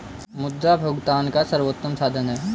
मुद्रा भुगतान का सर्वोत्तम साधन है